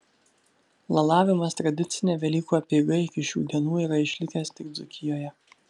lalavimas tradicinė velykų apeiga iki šių dienų yra išlikęs tik dzūkijoje